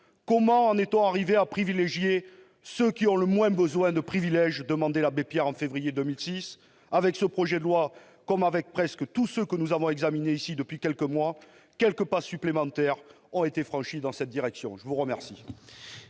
Comment en est-on arrivé à privilégier ceux qui ont le moins besoin de privilèges ?», demandait l'abbé Pierre en février 2006. Avec ce projet de loi, comme avec presque tous ceux que nous avons examinés ici depuis quelques mois, quelques pas supplémentaires ont été franchis dans cette direction. Je vous remercie